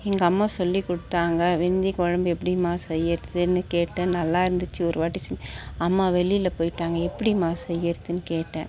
எங்கள் அம்மா சொல்லி கொடுத்தாங்க வெந்தய குழம்பு எப்படிமா செய்யுறதுனு கேட்டேன் நல்லாயிருந்துச்சி ஒரு வாட்டி அம்மா வெளியில் போய்ட்டாங்க எப்படிமா செய்யுறதுனு கேட்டேன்